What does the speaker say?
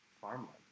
farmland